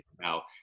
now